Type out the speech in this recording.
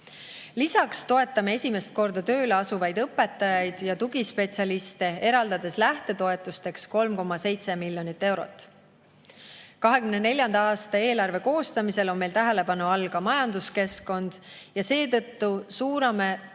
Lisaks toetame esimest korda tööle asuvaid õpetajaid ja tugispetsialiste, eraldades lähtetoetusteks 3,7 miljonit eurot. 2024. aasta eelarve koostamisel on meil tähelepanu all ka majanduskeskkond ja seetõttu suuname